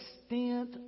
extent